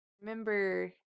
remember